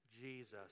Jesus